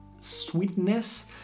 sweetness